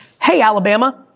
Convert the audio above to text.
hey, alabama,